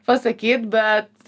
pasakyt bet